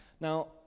Now